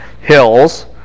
hills